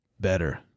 better